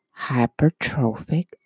hypertrophic